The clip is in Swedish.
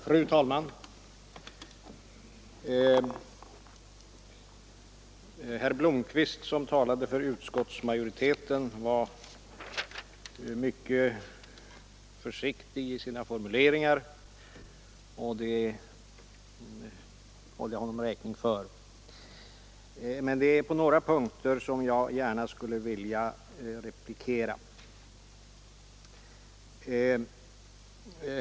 Fru talman! Herr Blomkvist, som talade för utskottsmajoriteten, var mycket försiktig i sina formuleringar och det håller jag honom räkning för. På några punkter skulle jag ändå gärna vilja replikera.